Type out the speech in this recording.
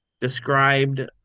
described